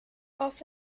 off